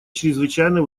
чрезвычайно